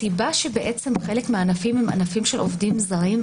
הסיבה שחלק מהענפים הם ענפים של עובדים זרים,